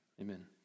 Amen